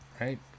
Right